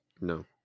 No